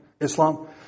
Islam